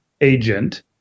agent